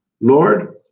lord